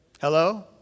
hello